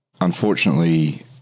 Unfortunately